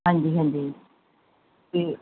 ਹਾਂਜੀ ਹਾਂਜੀ ਅਤੇ